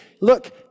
look